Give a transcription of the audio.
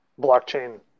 blockchain